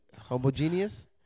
Homogeneous